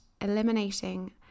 eliminating